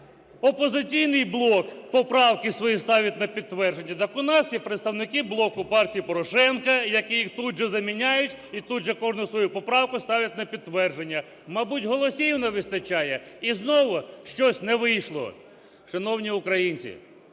"Опозиційний блок" поправки свої ставить на підтвердження, так у нас є представники блоку партії Порошенка, які їх тут же заміняють і тут же кожну свою поправку ставлять на підтвердження. Мабуть, голосів не вистачає. І знову щось не вийшло. Шановні українці,